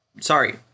sorry